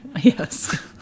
Yes